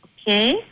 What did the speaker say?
Okay